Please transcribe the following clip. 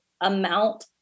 amount